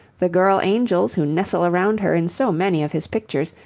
the girl angels who nestle around her in so many of his pictures,